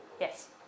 Yes